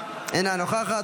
אינה נוכחת,